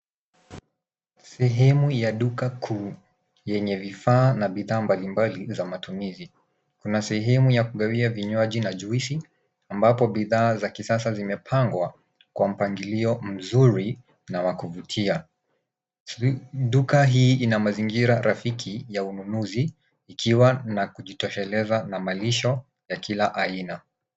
Sehemu ya duka kuu yenye vifaa na bidhaa mbalimbali za matumizi. Kuna sehemu ya kugawia vinywaji na juisi ambapo bidhaa za kisasa zimepangwa kwa mpangilio mzuri na wa kuvutia. Duka hii ina mazingira rafiki ya ununuzi ikiwa na kujitosheleza na malisho ya kila aina.